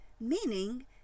meaning